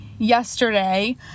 yesterday